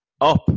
up